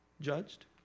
judged